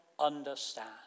understand